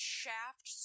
shaft